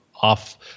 off